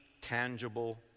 tangible